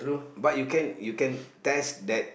but you can you can test that